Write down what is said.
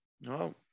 No